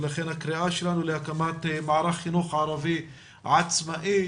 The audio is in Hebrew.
ולכן הקריאה שלנו להקמת מערך חינוך ערבי עצמאי,